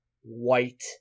white